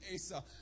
Asa